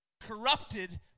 corrupted